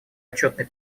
отчетный